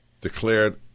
declared